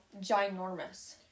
ginormous